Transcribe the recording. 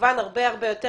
כמובן הרבה-הרבה יותר,